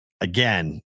again